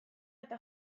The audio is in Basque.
eta